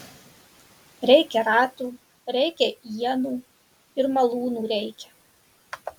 reikia ratų reikia ienų ir malūno reikia